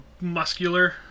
muscular